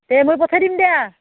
দে মই পঠাই দিম দিয়া